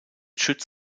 schütz